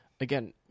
again